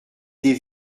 des